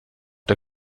der